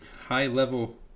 high-level